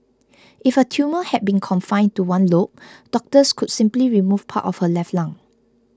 if her tumour had been confined to one lobe doctors could simply remove part of her left lung